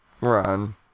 run